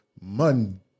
Monday